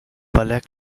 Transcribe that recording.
ballet